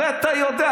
הרי אתה יודע.